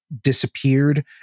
disappeared